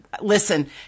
listen